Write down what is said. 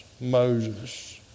Moses